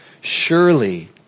Surely